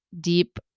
deep